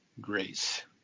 grace